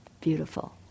beautiful